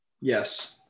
Yes